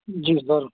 جی سر